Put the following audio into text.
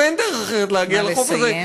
ואין דרך אחרת להגיע לחוף הזה,